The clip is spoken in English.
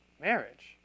marriage